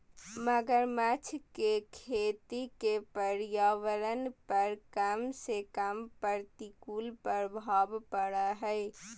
मगरमच्छ के खेती के पर्यावरण पर कम से कम प्रतिकूल प्रभाव पड़य हइ